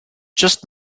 just